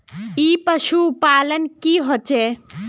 ई पशुपालन की होचे?